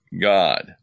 God